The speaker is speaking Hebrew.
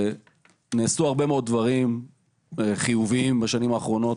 אומר בקצרה שנעשו הרבה מאוד דברים חיוביים בשנים האחרונות.